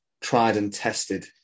tried-and-tested